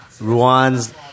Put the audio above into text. Ruan's